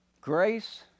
Grace